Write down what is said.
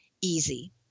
easy